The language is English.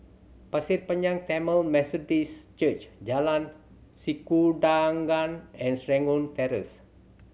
Pasir Panjang Tamil Methodist Church Jalan Sikudangan and Serangoon Terrace